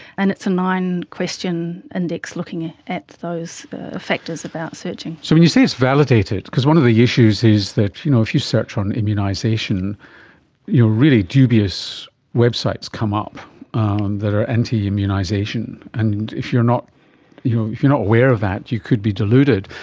and it's a nine-question index looking at at those factors about searching. so when you say it's validated, because one of the issues is that you know if you search on immunisation really dubious websites come up that are anti-immunisation, and if you're not you know aware of that you could be deluded.